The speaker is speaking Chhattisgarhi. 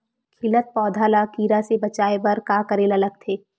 खिलत पौधा ल कीरा से बचाय बर का करेला लगथे?